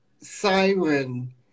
siren